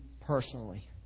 personally